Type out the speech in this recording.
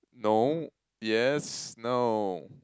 no yes no